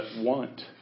want